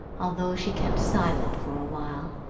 although she kept silence for a while,